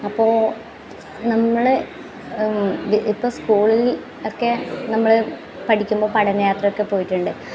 അപ്പോൾ നമ്മളെ ഇപ്പം സ്കൂളിൽ ഒക്കെ നമ്മൾ പഠിക്കുമ്പോ പഠന യാത്രയൊക്കെ പോയിട്ടുണ്ട്